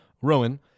Rowan